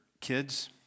kids